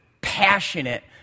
passionate